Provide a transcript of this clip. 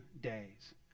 days